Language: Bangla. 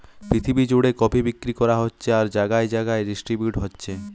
পৃথিবী জুড়ে কফি বিক্রি করা হচ্ছে আর জাগায় জাগায় ডিস্ট্রিবিউট হচ্ছে